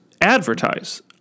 advertise